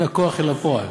מן הכוח אל הפועל.